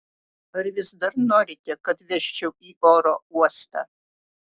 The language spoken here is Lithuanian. ar vis dar norite kad vežčiau į oro uostą